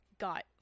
got